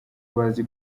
bazi